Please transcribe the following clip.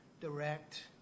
direct